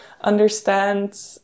understand